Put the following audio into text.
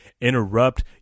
interrupt